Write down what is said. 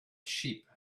sheep